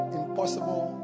impossible